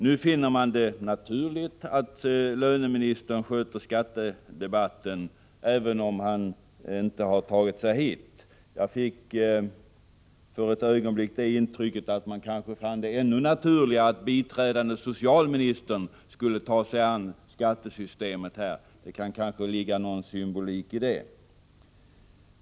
Nu finner man det naturligt att löneministern sköter skattedebatten, även om han inte har tagit sig hit. Jag fick för ett ögonblick det intrycket att man kanske fann det ännu mer naturligt att biträdande socialministern skulle ta sig an skattesystemet här. Det kanske kan ligga någon symbolik i det.